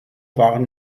waren